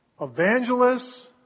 Evangelists